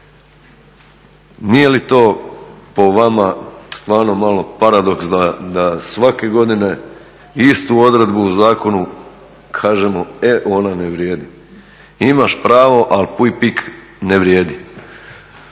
Nije li to po vama stvarno malo paradoks da svake godine istu odredbu u zakonu kažemo, e ona ne vrijedi. Imaš pravo, ali … ne vrijedi.